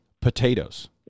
potatoes